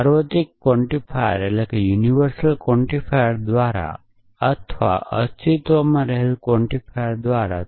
સાર્વત્રિક ક્વાન્ટિફાયર દ્વારા અથવા અસ્તિત્વમાં રહેલા ક્વોન્ટિફાયર દ્વારા